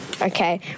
Okay